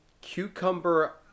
cucumber